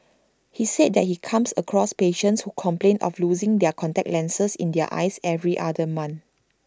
he said that he comes across patients who complain of losing their contact lenses in their eyes every other month